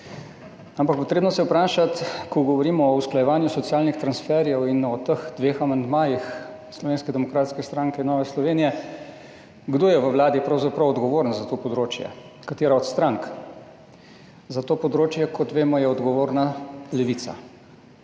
Ampak treba se je vprašati, ko govorimo o usklajevanju socialnih transferjev in o teh dveh amandmajih Slovenske demokratske stranke in Nove Slovenije, kdo je v Vladi pravzaprav odgovoren za to področje, katera od strank. Za to področje, kot vemo, je odgovorna Levica.